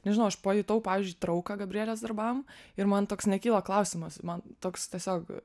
nežinau aš pajutau pavyzdžiui trauką gabrielės darbam ir man toks nekyla klausimas man toks tiesiog